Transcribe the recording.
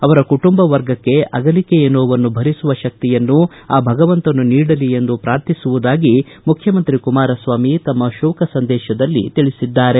ಅವರ ಕುಟುಂಬ ವರ್ಗಕ್ಕೆ ಅವರ ಅಗಲಿಕೆಯ ನೋವನ್ನು ಭರಿಸುವ ಶಕ್ತಿಯನ್ನು ಆ ಭಗವಂತನು ನೀಡಲಿ ಎಂದು ಪ್ರಾರ್ಥಿಸುವುದಾಗಿ ಮುಖ್ಖಮಂತ್ರಿ ಕುಮಾರಸ್ವಾಮಿ ತಮ್ಮ ಶೋಕ ಸಂದೇಶದಲ್ಲಿ ತಿಳಿಸಿದ್ದಾರೆ